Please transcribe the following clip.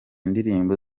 ndirimbo